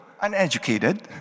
uneducated